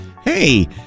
hey